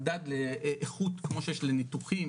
ממדד לאיכות, כמו שיש לניתוחים.